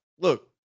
Look